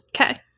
Okay